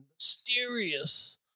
mysterious